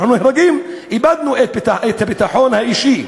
אנחנו נהרגים, איבדנו את הביטחון האישי.